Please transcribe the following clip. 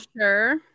sure